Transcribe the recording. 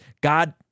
God